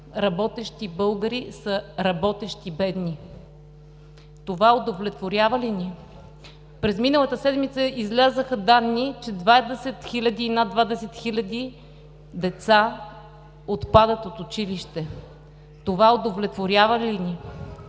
работещи българи са работещи бедни. Това удовлетворява ли ни?! През миналата седмица излязоха данни, че над 20 хиляди деца отпадат от училище. Това удовлетворява ли ни?!